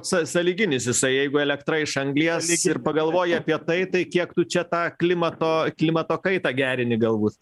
sa sąlyginis jisai jeigu elektra iš anglies ir pagalvoji apie tai tai kiek tu čia tą klimato klimato kaitą gerini galbūt